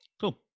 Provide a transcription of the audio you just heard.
Cool